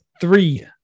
Three